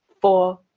four